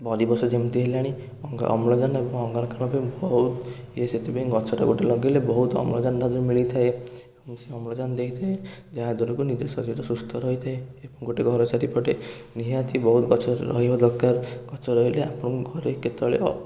ପରିବେଶଟା ଯେମିତି ହେଲାଣି ଅଙ୍ଗା ଅମ୍ଳଜାନ ଏବଂ ଅଙ୍ଗାରକାମ୍ଳ ବି ବହୁତ ଇଏ ସେଥିପାଇଁ ଗଛଟା ଗୋଟେ ଲଗେଇଲେ ବହୁତ ଅମ୍ଳଜାନ ତାଧି୍ଅରୁ ମିଳିଥାଏ ସେ ଅମ୍ଳଜାନ ଦେଇଥାଏ ଯାହା ଦ୍ୱାରା କି ନିଜ ଶରୀର ସୁସ୍ଥ ରହିଥାଏ ଏବଂ ଗୋଟେ ଘର ଚାରିପଟେ ନିହାତି ବହୁତ ଗଛ ରହିବା ଦରକାର ଗଛ ରହିଲେ ଆପଣଙ୍କ ଘରେ କେତେବେଳେ ଅ